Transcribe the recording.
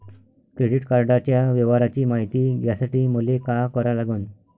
Credit कार्डाच्या व्यवहाराची मायती घ्यासाठी मले का करा लागन?